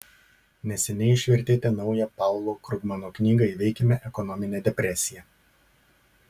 neseniai išvertėte naują paulo krugmano knygą įveikime ekonominę depresiją